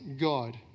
God